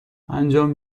انجام